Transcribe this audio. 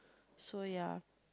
so ya